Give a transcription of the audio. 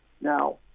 Now